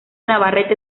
navarrete